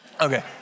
Okay